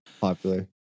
popular